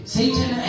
Satan